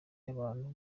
y’abantu